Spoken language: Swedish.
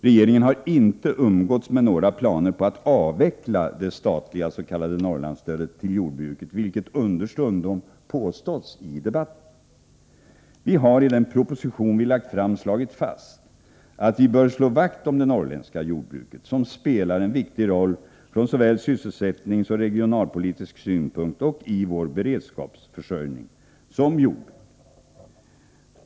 Regeringen har inte umgåtts med några planer på att avveckla det statliga s.k. Norrlandsstödet till jordbruket, vilket understundom påståtts i debatten. Vi har i den proposition vi lagt fram slagit fast att vi bör slå vakt om det norrländska jordbruket, som spelar en viktig roll från såväl sysselsättningssynpunkt som regionalpolitisk synpunkt, som jordbruk och i vår beredskapsförsörjning.